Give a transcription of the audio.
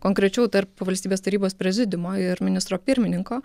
konkrečiau tarp valstybės tarybos prezidiumo ir ministro pirmininko